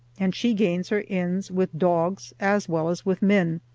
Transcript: and she gains her ends with dogs as well as with men,